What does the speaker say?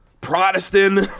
Protestant